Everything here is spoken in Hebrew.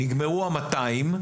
נגמרו ה-200,